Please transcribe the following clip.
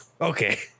Okay